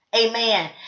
Amen